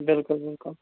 بلکل بلکل